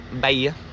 Bye